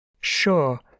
sure